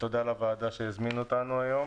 תודה לוועדה שהזמינה אותנו היום.